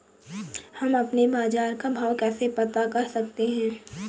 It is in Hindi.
हम अपने बाजार का भाव कैसे पता कर सकते है?